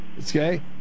Okay